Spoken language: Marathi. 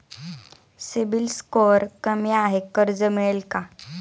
सिबिल स्कोअर कमी आहे कर्ज मिळेल का?